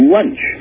Lunch